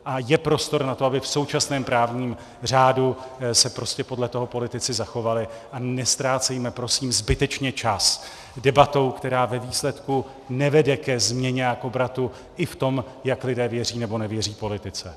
A je prostor na to, aby v současném právním řádu se prostě podle toho politici zachovali, a neztrácejme prosím zbytečně čas debatou, která ve výsledku nevede ke změně a k obratu i v tom, jak lidé věří, nebo nevěří politice.